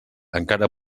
encara